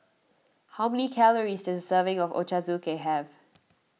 how many calories does a serving of Ochazuke have